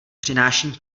přináším